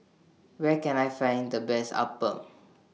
Where Can I Find The Best Appam